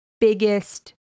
biggest